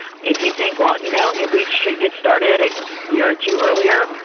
if you think, well, you know maybe we should get started a year or two earlier,